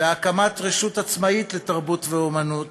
להקמת רשות עצמאית לתרבות ואמנות